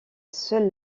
seule